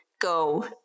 go